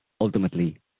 Ultimately